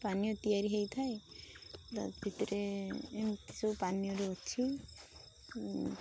ପାନୀୟ ତିଆରି ହେଇଥାଏ ତା ଭିତରେ ଏମିତି ସବୁ ପାନୀୟ ଯେଉଁ ଅଛି